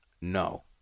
No